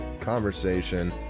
conversation